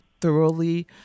thoroughly